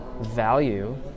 value